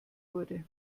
wurde